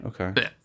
Okay